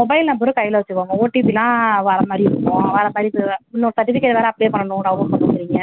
mobile நம்பரும் கையில வச்சுக்கோங்க ஓடீபிலாம் வரமாதிரி இருக்கும் அதுக்கு இன்னொரு சர்டிஃபிகேட் வேறு அப்ளை பண்ணணும் பண்ணனும்குறீங்க